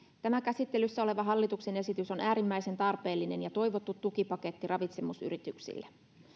käsittelyssä oleva hallituksen esitys on on äärimmäisen tarpeellinen ja toivottu tukipaketti ravitsemusyrityksille